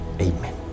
Amen